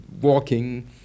walking